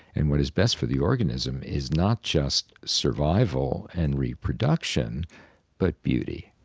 and what is best for the organism is not just survival and reproduction but beauty,